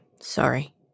sorry